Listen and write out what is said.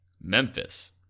Memphis